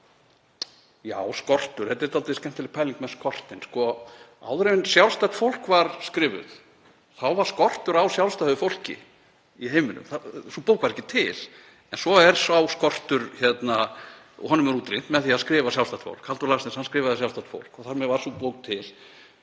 Já, skortur. Þetta er dálítið skemmtileg pæling með skortinn. Áður en Sjálfstætt fólk var skrifuð var skortur á Sjálfstæðu fólki í heiminum. Sú bók var ekki til. Svo er þeim skorti útrýmt með því að skrifa Sjálfstætt fólk. Halldór Laxness skrifaði Sjálfstætt fólk og þar með varð sú bók til.